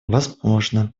возможно